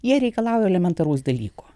jie reikalauja elementaraus dalyko